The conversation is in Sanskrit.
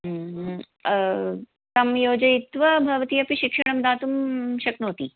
तं योजयित्वा भवती अपि शिक्षणं दातुं शक्नोति